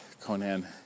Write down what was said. Conan